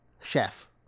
chef